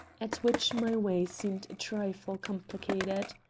at which my way seemed a trifle complicated.